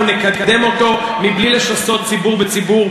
אנחנו נקדם אותו מבלי לשסות ציבור בציבור,